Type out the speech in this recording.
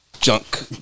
Junk